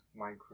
Minecraft